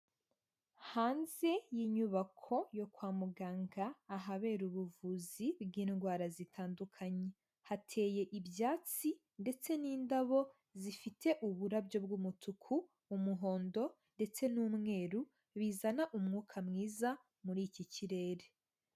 Hanze y'inyubako yo kwa muganga ahabera ubuvuzi bw'indwara zitandukanye. Hateye ibyatsi ndetse n'indabo zifite uburabyo bw'umutuku, umuhondo ndetse n'umweru bizana umwuka mwiza muri iki kirere.